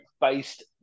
based